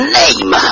name